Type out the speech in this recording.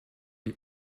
die